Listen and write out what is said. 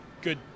good